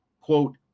quote